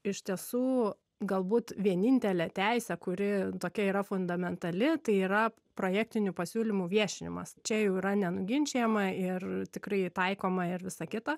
iš tiesų galbūt vienintelė teisė kuri tokia yra fundamentali tai yra projektinių pasiūlymų viešinimas čia jau yra nenuginčijama ir tikrai taikoma ir visa kita